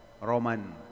Roman